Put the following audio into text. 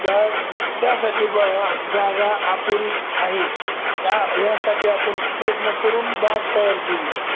त्या त्यासाठी ब जागा अपुरी आहे या ह्यासाठी आपण प्रयत्न करून बाग तयार केली